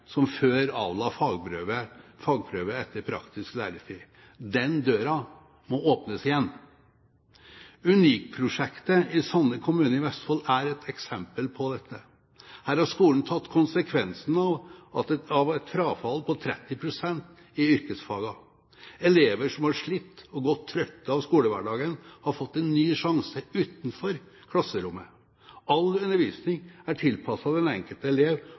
som før avla fagprøve etter praktisk læretid. Den døren må åpnes igjen. UNIK-prosjektet i Sande kommune i Vestfold er et eksempel på dette. Her har skolen tatt konsekvensen av et frafall på 30 pst. i yrkesfagene. Elever som har slitt og er gått trøtt av skolehverdagen, har fått en ny sjanse utenfor klasserommet. All undervisning er tilpasset den enkelte elev,